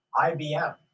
ibm